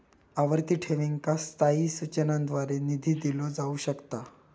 आवर्ती ठेवींका स्थायी सूचनांद्वारे निधी दिलो जाऊ शकता